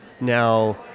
now